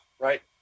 right